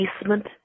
basement